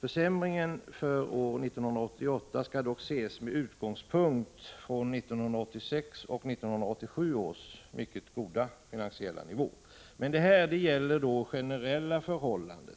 Försämringen för år 1988 skall dock ses med utgångspunkt i 1986 och 1987 års mycket goda finansiella nivå. Men detta gäller de generella förhållandena.